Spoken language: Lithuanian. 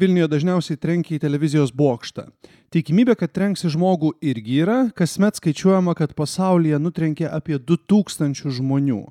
vilniuje dažniausiai trenkia į televizijos bokštą tikimybė kad trenks į žmogų irgi yra kasmet skaičiuojama kad pasaulyje nutrenkia apie du tūkstančius žmonių